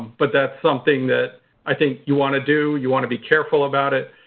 but that's something that i think you want to do. you want to be careful about it.